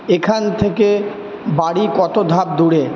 এখান থেকে বাড়ি কত ধাপ দূরে